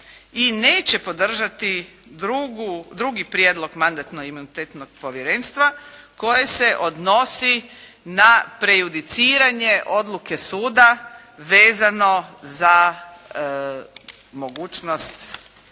i neće podržati drugi prijedlog Mandatno-imunitetnog povjerenstva koje se odnosi na prejudiciranje odluke suda vezano za mogućnost